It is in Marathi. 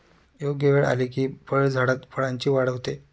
योग्य वेळ आली की फळझाडात फळांची वाढ होते